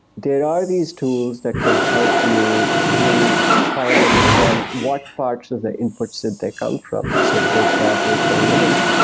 are these tools that can help you really try and understand what parts of the inputs did they come from. so for example, for an image,